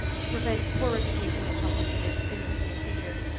to prevent poor reputation and conflict of interest in the future,